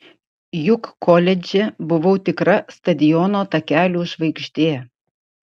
juk koledže buvau tikra stadiono takelių žvaigždė